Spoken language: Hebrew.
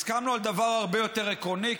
הסכמנו על דבר הרבה יותר עקרוני,